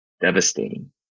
devastating